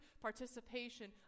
participation